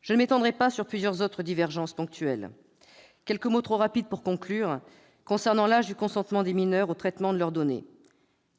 Je ne m'étendrai pas sur plusieurs autres divergences ponctuelles. Pour conclure, quelques mots, trop rapides, sur l'âge du consentement des mineurs au traitement de leurs données.